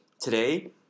Today